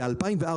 ב-2004,